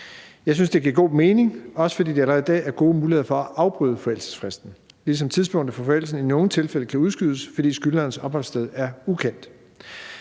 Jeg synes, det giver god mening, også fordi der allerede i dag er gode muligheder for at afbryde forældelsesfristen, ligesom tidspunktet for forældelsen i nogle tilfælde kan udskydes, fordi skyldnerens opholdssted er ukendt.